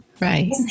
Right